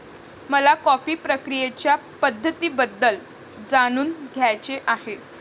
मला कॉफी प्रक्रियेच्या पद्धतींबद्दल जाणून घ्यायचे आहे